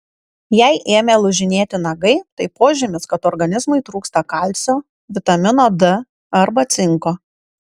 jei ėmė lūžinėti nagai tai požymis kad organizmui trūksta kalcio vitamino d arba cinko